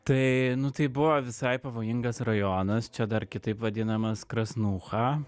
tai nu tai buvo visai pavojingas rajonas čia dar kitaip vadinamas krasnucha